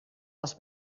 als